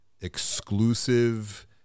exclusive